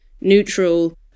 neutral